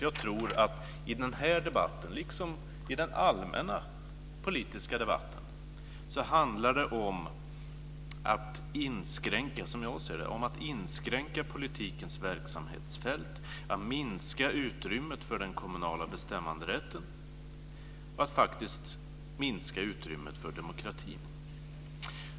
Jag tror att i den här debatten - liksom i den allmänna politiska debatten - handlar det om att, som jag ser det, inskränka politikens verksamhetsfält, minska utrymmet för den kommunala bestämmanderätten och att faktiskt minska utrymmet för demokratin.